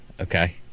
Okay